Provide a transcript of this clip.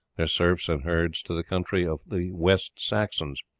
their serfs and herds to the country of the west saxons,